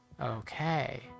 Okay